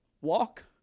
walk